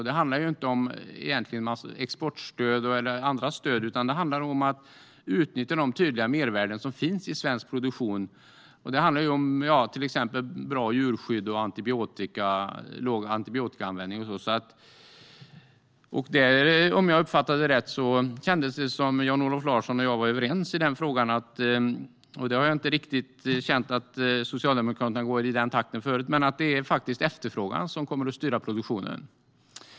Då handlar det inte om exportstöd eller andra stöd, utan det handlar om att utnyttja de tydliga mervärden som finns i svensk produktion, till exempel bra djurskydd och låg antibiotikaanvändning. Om jag uppfattade det rätt är Jan-Olof Larsson och jag överens - jag har tidigare inte riktigt känt att Socialdemokraterna går i den riktningen - om att det är efterfrågan som kommer att styra produktionen.